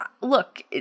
look